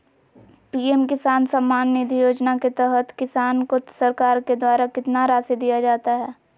PM Kisan Samman Nidhi योजना के तहत किसान को सरकार के द्वारा कितना रासि दिया जाता है?